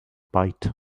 byte